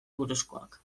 buruzkoak